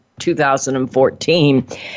2014